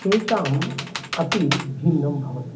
तेषाम् अपि भिन्नं भवति